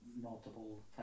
multiple